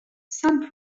some